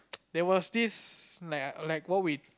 there was this like like what we